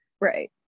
Right